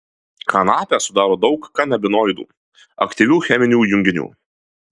kanapę sudaro daug kanabinoidų aktyvių cheminių junginių